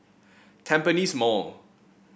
Tampines Mall